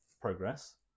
progress